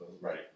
Right